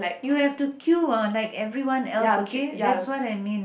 you have to queue ah like everyone else okay that's what I mean